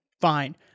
Fine